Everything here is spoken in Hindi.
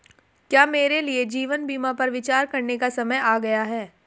क्या मेरे लिए जीवन बीमा पर विचार करने का समय आ गया है?